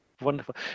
wonderful